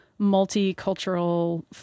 multicultural